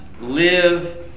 live